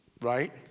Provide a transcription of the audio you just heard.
right